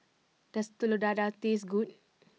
does Telur Dadah taste good